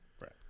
Right